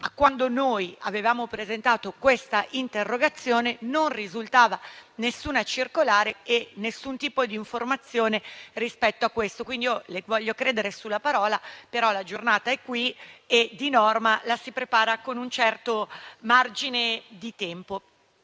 quando abbiamo presentato questa interrogazione non risultava nessuna circolare e nessun tipo di informazione rispetto a questo. Io le voglio credere sulla parola, però la Giornata è alle porte e, di norma, la si prepara con un certo margine di tempo.